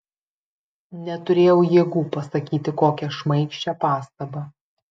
neturėjau jėgų pasakyti kokią šmaikščią pastabą